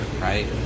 right